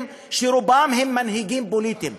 שרובם מנהיגים פוליטיים,